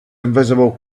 invisible